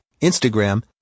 Instagram